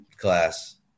class